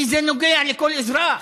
כי זה נוגע לכל אזרח,